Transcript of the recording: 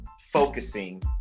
focusing